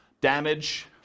Damage